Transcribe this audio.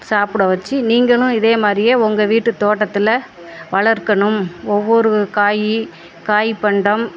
சாப்பிட வச்சு நீங்களும் இதே மாதிரியே உங்க வீட்டு தோட்டத்தில் வளர்க்கணும் ஒவ்வொரு காய் காய் பண்டம்